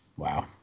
Wow